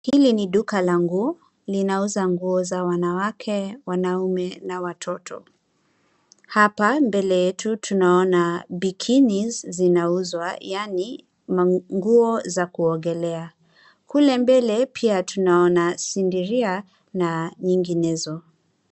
Hili ni duka la nguo. Linauza nguo za wanawake, wanaume na watoto. Hapa mbele yetu tunaona bikinis zinauzwa, yaani manguo za kuogelea. Kule mbele pia tunaona sindiria na nyinginezo.